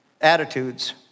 attitudes